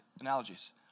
analogies